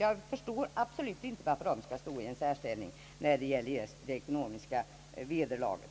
Jag förstår absolut inte varför dessa skall stå i en särställning när det gäller det ekonomiska vederlaget.